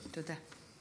תודה.